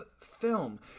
film